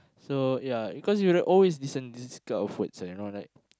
so ya because you will always listen this kind of words you know right